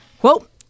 Quote